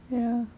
ya